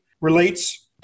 relates